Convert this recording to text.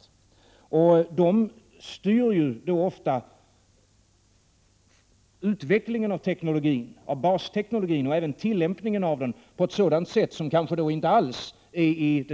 De koncernerna styr då ofta utvecklingen av basteknologin och även tillämpningen av den på ett sätt som kanske inte alls är i